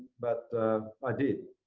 but i did.